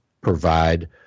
provide